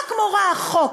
רק מורא החוק.